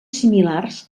similars